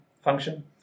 function